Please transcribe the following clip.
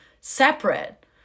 separate